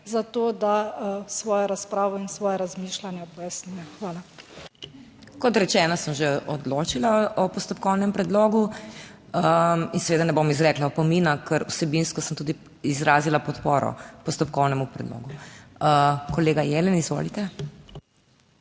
za to, da svojo razpravo in svoje razmišljanje pojasnjuje. Hvala. PODPREDSEDNICA MAG. MEIRA HOT: Kot rečeno, sem že odločila o postopkovnem predlogu. In seveda ne bom izrekla opomina, ker vsebinsko sem tudi izrazila podporo postopkovnemu predlogu. Kolega Jelen, izvolite.